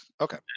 Okay